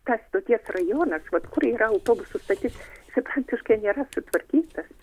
tas stoties rajonas kur yra autobusų stotis fiksantiškai nėra sutvarkytas